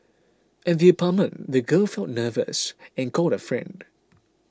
at the apartment the girl felt nervous and called a friend